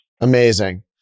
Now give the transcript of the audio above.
Amazing